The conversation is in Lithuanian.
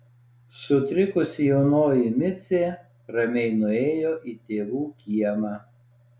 sutrikusi jaunoji micė ramiai nuėjo į tėvų kiemą